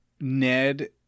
Ned